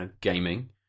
gaming